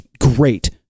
great